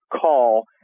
call